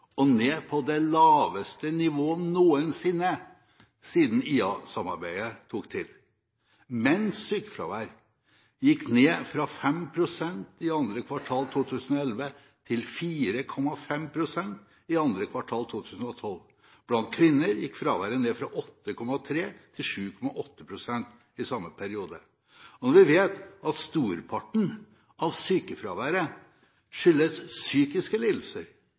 mål, ned på det laveste nivået noensinne siden IA-samarbeidet tok til. Men sykefraværet gikk ned fra 5 pst. i 2. kvartal 2011 til 4,5 pst. i 2. kvartal 2012. Blant kvinner gikk fraværet ned fra 8,3 pst. til 7,8 pst. i samme periode. Når vi vet at storparten av sykefraværet skyldes psykiske lidelser